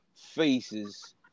faces